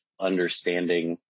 understanding